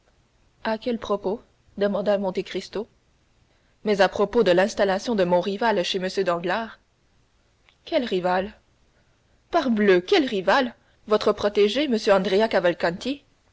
à quel propos demanda monte cristo mais à propos de l'installation de mon rival chez m danglars quel rival parbleu quel rival votre protégé m